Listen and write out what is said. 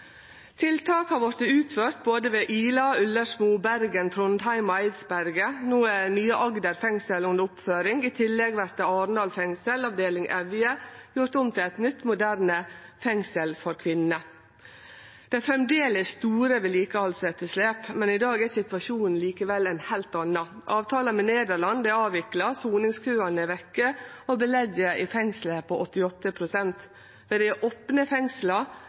har utført tiltak ved både Ila, Ullersmo, Bergen, Trondheim og Eidsberg. No er nye Agder fengsel under oppføring. I tillegg vert Arendal fengsel, avdeling Evje, gjort om til eit nytt, moderne fengsel for kvinner. Det er framleis store vedlikehaldsetterslep, men i dag er situasjonen likevel ein heilt annan. Avtala med Nederland er avvikla, soningskøane er vekk, og belegget i fengsla er på 88 pst. Ved dei opne fengsla